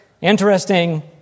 interesting